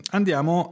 Andiamo